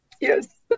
Yes